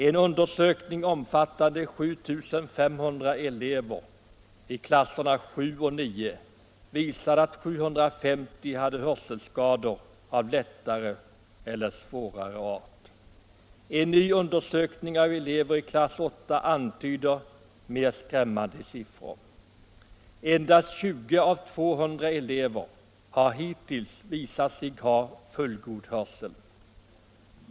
En undersökning omfattande 7 500 elever i klasserna 7 och 9 visade att 750 hade hörselskador av lättare eller svårare art. En ny undersökning av elever i klass 8 antyder mer skrämmande siffror: endast 20 av 200 elever har hittills visat sig ha fullgod hörsel.